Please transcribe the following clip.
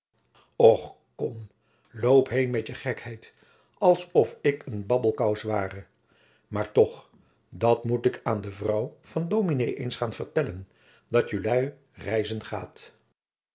kom loop heen met je gekheid als of ik een babbelkous ware maar toch dat moet ik aan de vrouw van dominé eens gaan vertellen dat jijlui reizen gaat